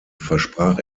versprach